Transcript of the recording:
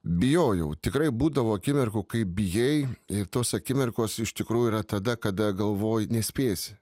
bijojau tikrai būdavo akimirkų kai bijai ir tos akimirkos iš tikrųjų yra tada kada galvoji nespėsi